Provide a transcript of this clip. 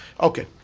Okay